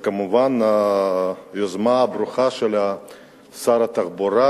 וכמובן היוזמה הברוכה של שר התחבורה,